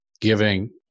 giving